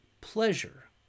pleasure